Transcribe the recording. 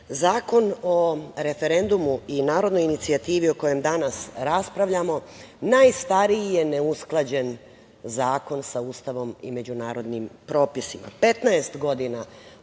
Zakon o referendumu i narodnoj inicijativi o kojem danas raspravljamo najstariji je neusklađen zakon sa Ustavom i međunarodnim propisima,